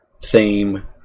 theme